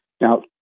Now